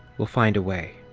we'll find a way.